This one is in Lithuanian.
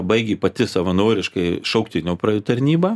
baigė pati savanoriškai šauktinio praėj tarnybą